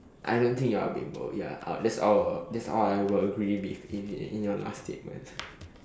I don't think you're a bimbo ya I that's all that's all I will agree be in in your last statement